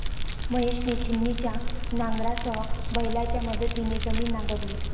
महेशने छिन्नीच्या नांगरासह बैलांच्या मदतीने जमीन नांगरली